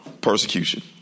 Persecution